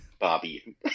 Bobby